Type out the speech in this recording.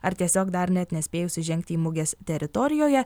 ar tiesiog dar net nespėjus įžengti į mugės teritorijoje